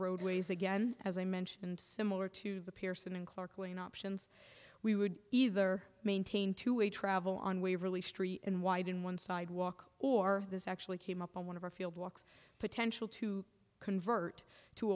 roadways again as i mentioned similar to the pearson and clark lane options we would either maintain to a travel on waverly street and widen one sidewalk or this actually came up on one of our field walks potential to convert to